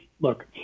Look